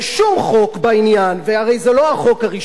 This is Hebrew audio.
והרי זה לא החוק הראשון שאני מגיש.